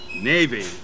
Navy